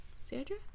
Sandra